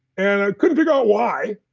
and i couldn't figure out why.